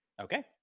Okay